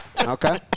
Okay